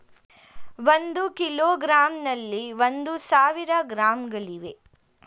ಒಂದು ಕಿಲೋಗ್ರಾಂನಲ್ಲಿ ಒಂದು ಸಾವಿರ ಗ್ರಾಂಗಳಿವೆ